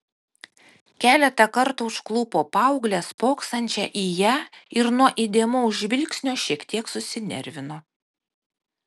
keletą kartų užklupo paauglę spoksančią į ją ir nuo įdėmaus žvilgsnio šiek tiek susinervino